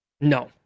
No